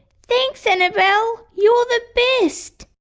thanks annabelle! you're the best!